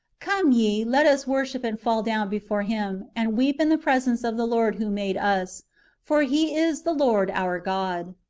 come ye, let us worship and fall down before him, and weep in the presence of the lord who made us for he is the lord our god.